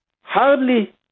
hardly